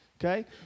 Okay